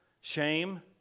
shame